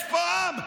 יש פה עם.